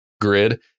grid